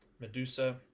Medusa